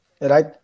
right